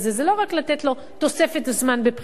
זה לא רק לתת לו תוספת זמן בבחינה.